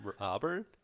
auburn